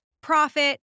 profit